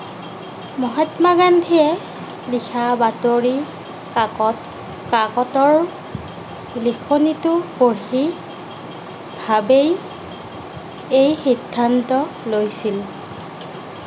মহাত্মা গান্ধীয়ে লিখা বাতৰি কাকাত কাকতৰ লিখনিটো পঢ়ি ভাৱেই এই সিদ্ধান্ত লৈছিল